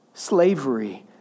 Slavery